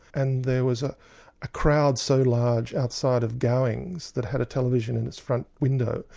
and there was ah a crowd so large outside of gowing's that had a television in its front window,